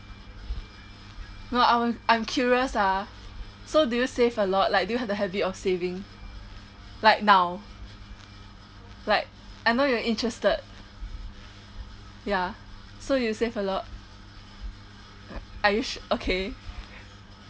no I was I'm curious ah so do you save a lot like do you have the habit of saving like now like I know you're interested ya so do you save a lot ya are you su~ okay